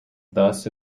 thus